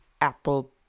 Apple